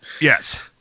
Yes